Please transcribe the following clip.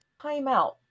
timeout